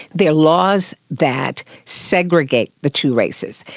they are laws that segregate the two races.